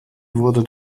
wurde